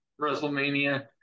WrestleMania